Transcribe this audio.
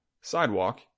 sidewalk